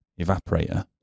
evaporator